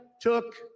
took